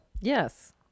Yes